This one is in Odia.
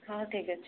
ହଁ ଠିକ୍ ଅଛି